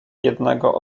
jednego